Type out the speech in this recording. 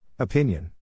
Opinion